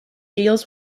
deals